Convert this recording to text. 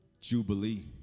Jubilee